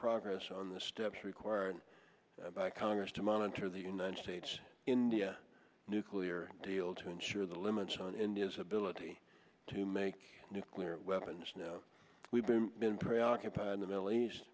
progress on the steps required by congress to monitor the united states india nuclear deal to ensure the limits on india's realty to make nuclear weapons now we've been been preoccupied in the middle east